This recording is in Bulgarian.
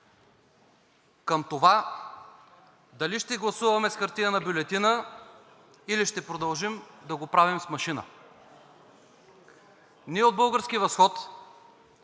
към това дали ще гласуваме с хартиена бюлетина, или ще продължим да го правим с машина. Ние от „Български възход“